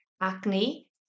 acne